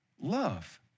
love